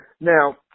Now